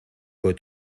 que